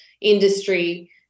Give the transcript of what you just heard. industry